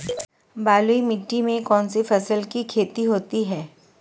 बलुई मिट्टी में कौनसी फसल की खेती होती है?